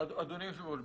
אדוני היושב ראש.